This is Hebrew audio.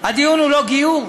הדיון הוא לא על גיור.